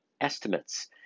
estimates